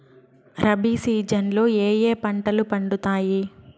rabi season లో ఏ ఏ పంటలు పండుతాయి